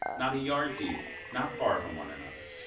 not a yard deep, not far from one another.